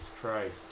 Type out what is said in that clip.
Christ